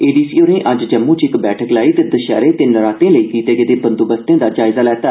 ए D C होरें अज्ज जम्मू च इक बैठक लाई ते दशैहरा ते नराते लेई कीते गेदे बंदोबस्तें दा जायज़ा लैता